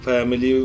Family